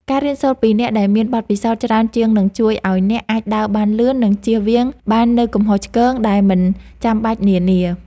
ការរៀនសូត្រពីអ្នកដែលមានបទពិសោធន៍ច្រើនជាងនឹងជួយឱ្យអ្នកអាចដើរបានលឿន និងជៀសវាងបាននូវកំហុសឆ្គងដែលមិនចាំបាច់នានា។